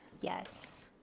yes